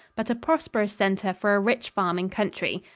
but a prosperous center for a rich farming country.